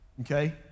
okay